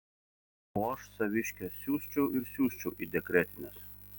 o aš saviškę siųsčiau ir siųsčiau į dekretines